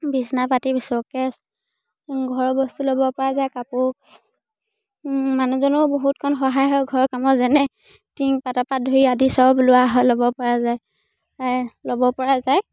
বিচনা পাতি শ্ব'কেছ ঘৰৰ বস্তু ল'বপৰা যায় কাপোৰ মানুহজনৰো বহুতকণ সহায় হয় ঘৰৰ কামৰ যেনে টিংপাতৰপৰা ধৰি আদি চব লোৱা হয় ল'বপৰা যায় ল'বপৰা যায়